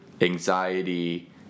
anxiety